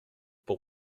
pour